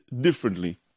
differently